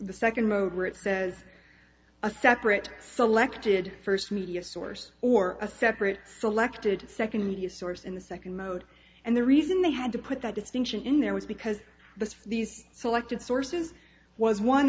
the second row where it says a separate selected first media source or a separate selected second media source in the second mode and the reason they had to put that distinction in there was because the these selected sources was one